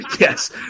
yes